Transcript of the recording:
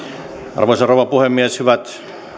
arvoisa rouva puhemies hyvät